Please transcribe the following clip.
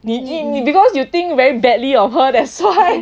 because you think very badly of her thats why